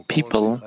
People